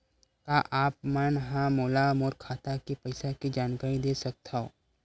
का आप मन ह मोला मोर खाता के पईसा के जानकारी दे सकथव?